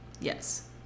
Yes